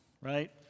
Right